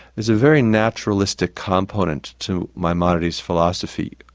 there's a very naturalistic component to maimonides' philosophy.